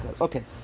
Okay